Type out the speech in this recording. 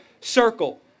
circle